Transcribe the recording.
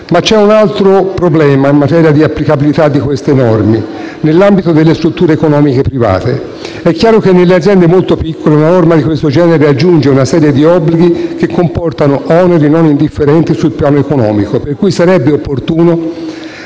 Ma c'è un altro problema in materia di applicabilità di queste norme nell'ambito delle strutture economiche private. È chiaro che nelle aziende molto piccole una norma di questo genere aggiunge una serie di obblighi che comportano oneri non indifferenti sul piano economico, per cui sarebbe opportuno